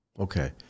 Okay